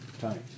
Time